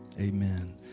Amen